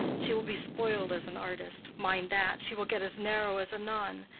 she will be spoiled as an artist mind that she will get as narrow as a nun.